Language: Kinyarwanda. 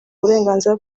uburenganzira